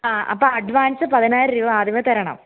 ആ അപ്പോൾ അഡ്വാൻസ് പതിനായിരം രൂപ ആദ്യമേ തരണം